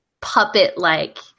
puppet-like